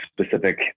specific